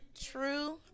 true